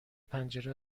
پنجره